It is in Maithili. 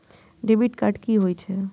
डेबिट कार्ड कि होई छै?